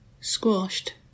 Squashed